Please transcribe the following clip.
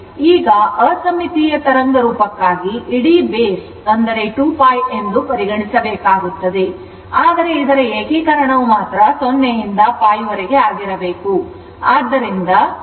ಈಗ ಅಸಮ್ಮಿತೀಯ ತರಂಗರೂಪಕ್ಕಾಗಿ ಇಡೀ base 2π ಅನ್ನು ಪರಿಗಣಿಸಬೇಕಾಗುತ್ತದೆ ಆದರೆ ಇದರ ಏಕೀಕರಣವು 0 ರಿಂದ π ವರೆಗೆ ಆಗಿರಬೇಕು